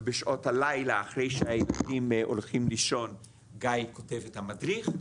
ובשעות הלילה אחרי שהילדים הולכים לישון גיא כותב את המדריך.